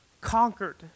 conquered